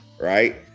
right